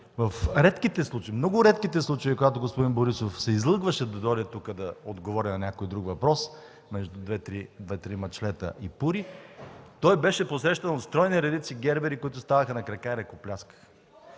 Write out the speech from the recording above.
В редките случаи, в много редките случаи, когато господин Борисов се излъгваше да дойде тук да отговори на някой и друг въпрос между две-три мачлета и пури, той беше посрещан от стройни редици гербери, които ставаха на крака и ръкопляскаха.